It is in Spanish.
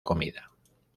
comida